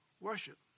worship